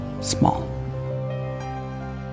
small